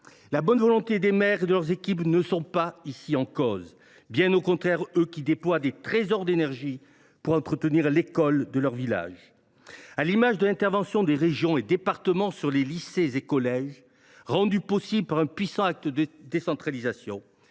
La bonne volonté des maires et de leurs équipes n’est pas ici mise en cause. Bien au contraire, ils déploient des trésors d’énergie pour entretenir l’école de leur village. À l’image de l’intervention des régions et des départements pour les lycées et les collèges, rendue possible par un puissant acte de décentralisation,